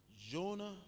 Jonah